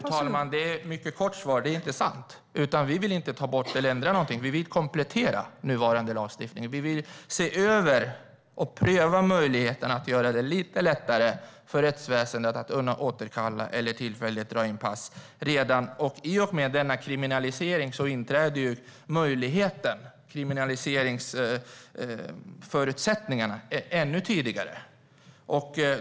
Fru talman! Ett mycket kort svar: Det är inte sant. Vi vill inte ta bort eller ändra någonting, utan vi vill komplettera nuvarande lagstiftning och se över och pröva möjligheten att göra det lite lättare för rättsväsendet att kunna återkalla eller tillfälligt dra in pass. Redan i och med denna kriminalisering inträder ju möjligheten, kriminaliseringsförutsättningarna, ännu tydligare.